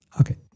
okay